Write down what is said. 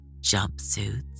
jumpsuits